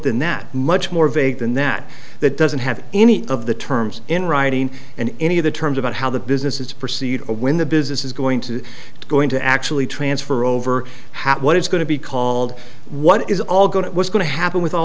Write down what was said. than that much more vague than that that doesn't have any of the terms in writing and any of the terms about how the business is to proceed or when the business is going to going to actually transfer over how what is going to be called what is all going to what's going to happen with all